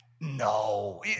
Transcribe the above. no